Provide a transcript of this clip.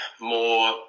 more